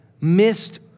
missed